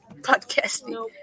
podcasting